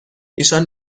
ایشان